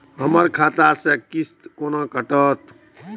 हमर खाता से किस्त कोना कटतै?